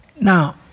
Now